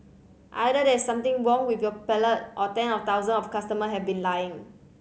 either there is something wrong with your palate or ten of thousand of my customer have been lying